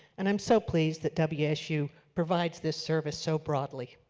and am so pleased that wsu provides this service so broadly.